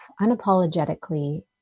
unapologetically